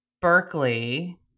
Berkeley